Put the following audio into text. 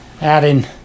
Adding